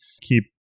keep